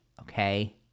okay